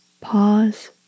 pause